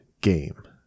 game